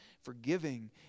forgiving